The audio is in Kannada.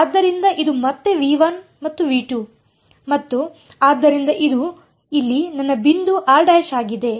ಆದ್ದರಿಂದ ಇದು ಮತ್ತೆ ಮತ್ತು ಮತ್ತು ಆದ್ದರಿಂದ ಇದು ಇಲ್ಲಿ ನನ್ನ ಬಿಂದು ಆಗಿದೆ